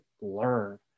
learn